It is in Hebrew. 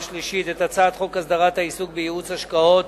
השלישית את הצעת חוק הסדרת העיסוק בייעוץ השקעות,